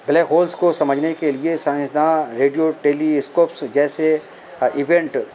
black holes کو سمجھنے کے لیے سائنسداں ریڈیو ٹیلیسکوپس جیسے ایوینٹ